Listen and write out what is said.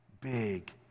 big